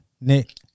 Nick